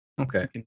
okay